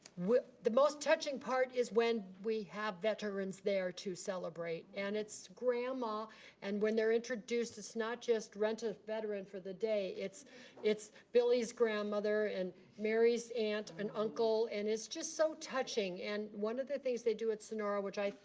the most touching part is when we have veterans there to celebrate and it's grandma and when they're introduced it's not just rent a veteran for the day. it's it's billy's grandmother and mary's aunt and uncle and it's just so touching and one of the things they do at sonora which i,